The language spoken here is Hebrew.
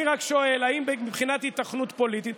אני רק שואל אם מבחינת היתכנות פוליטית,